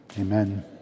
amen